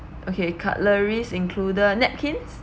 okay cutleries included napkins